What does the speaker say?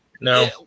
No